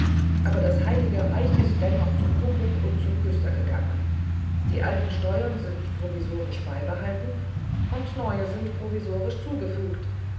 aber das heilige reich ist dennoch zum kuckuck und zum küster gegangen die alten steuern sind provisorisch beibehalten und neue sind provisorisch zugefügt